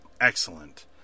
excellent